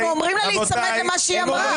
אנחנו אומרים לה להיצמד למה שהיא אמרה.